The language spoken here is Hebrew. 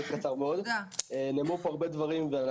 נאמרו פה הרבה דברים.